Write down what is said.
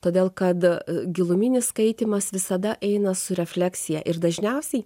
todėl kad giluminis skaitymas visada eina su refleksija ir dažniausiai